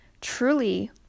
truly